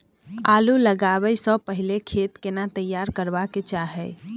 आलू लगाबै स पहिले खेत केना तैयार करबा के चाहय?